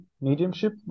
mediumship